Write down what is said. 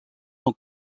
ont